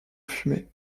fumée